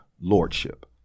lordship